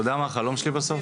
אתה יודע מה החלום שלי בסוף,